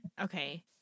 Okay